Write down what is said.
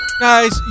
Guys